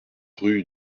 rue